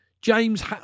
James